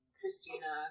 Christina